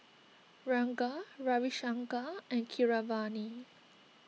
Ranga Ravi Shankar and Keeravani